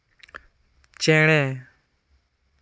ᱪᱮᱬᱮ